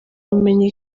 ubumenyi